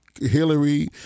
Hillary